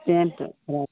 paint frock